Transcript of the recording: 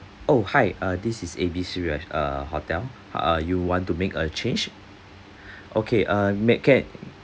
oh hi uh this is A B C re~ uh hotel ah you want to make a change okay um may can